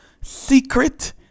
secret